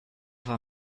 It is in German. war